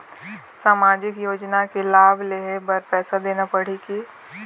सामाजिक योजना के लाभ लेहे बर पैसा देना पड़ही की?